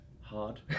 hard